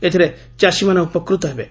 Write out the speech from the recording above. ଏଥିରେ ଚାଷୀମାନେ ଉପକୃତ ହେବେ